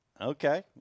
Okay